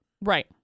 Right